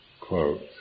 quote